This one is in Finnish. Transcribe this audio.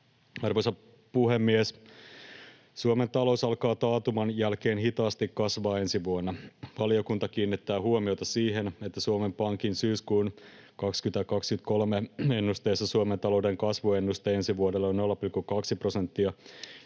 Arvoisa puhemies! Suomen talous alkaa taantuman jälkeen hitaasti kasvaa ensi vuonna. Valiokunta kiinnittää huomiota siihen, että Suomen Pankin syyskuun 2023 ennusteessa Suomen talouden kasvuennuste ensi vuodelle on 0,2 prosenttia